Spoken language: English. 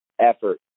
effort